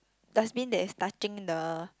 dustbin that is touching the